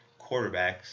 quarterbacks